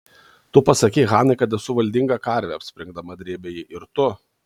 tu pasakei hanai kad esu valdinga karvė springdama drėbė ji ir tu